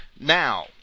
Now